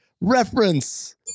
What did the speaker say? reference